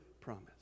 promise